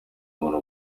muntu